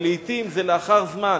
אבל לעתים זה לאחר זמן.